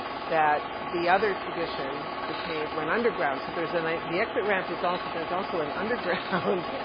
that the other tradition became, went underground. so there's an, ah the exit ramp is also, there's also an underground. yeah